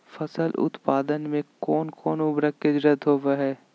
फसल उत्पादन में कोन कोन उर्वरक के जरुरत होवय हैय?